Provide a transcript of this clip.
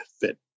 fit